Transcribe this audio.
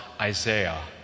Isaiah